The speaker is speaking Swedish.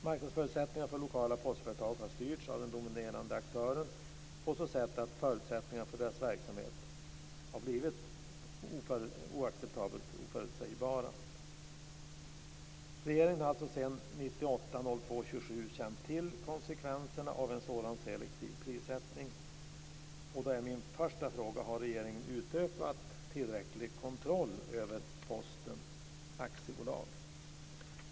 Marknadsförutsättningarna för lokala postföretag har styrts av den dominerande aktören på ett sådant sätt att förutsättningarna för deras verksamhet har blivit oacceptabelt oförutsägbara. Regeringen har alltså sedan den 27 februari 1998 känt till konsekvenserna av en sådan selektiv prissättning. Min första fråga är då: Har regeringen utövat tillräcklig kontroll över Posten AB?